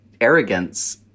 Arrogance